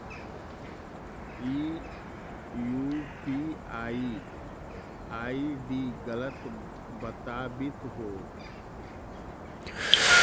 ई UPI ID गलत बताबीत हो